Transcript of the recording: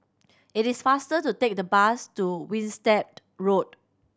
it is faster to take the bus to Winstedt Road